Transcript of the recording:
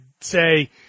say